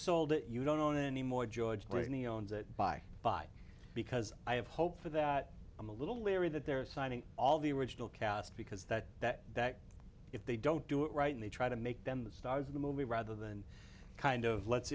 sold it you don't own any more george clooney owns it bye bye because i have hope for that i'm a little leery that they're signing all the original cast because that that that if they don't do it right and they try to make them the stars of the movie rather than kind of let